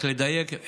רק לדייק,